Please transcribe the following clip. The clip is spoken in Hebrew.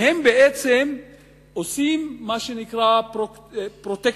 והם בעצם עושים מה שנקרא "פרוטקשן".